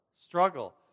struggle